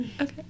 Okay